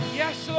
yes